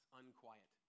unquiet